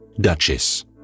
Duchess